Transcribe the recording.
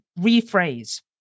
rephrase